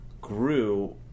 grew